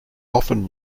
often